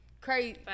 crazy